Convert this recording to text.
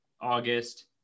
August